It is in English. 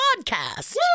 Podcast